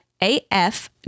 AF